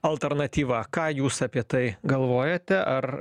alternatyva ką jūs apie tai galvojate ar